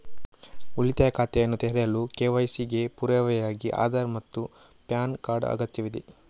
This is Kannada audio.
ಉಳಿತಾಯ ಖಾತೆಯನ್ನು ತೆರೆಯಲು ಕೆ.ವೈ.ಸಿ ಗೆ ಪುರಾವೆಯಾಗಿ ಆಧಾರ್ ಮತ್ತು ಪ್ಯಾನ್ ಕಾರ್ಡ್ ಅಗತ್ಯವಿದೆ